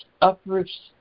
uproots